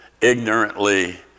ignorantly